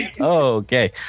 Okay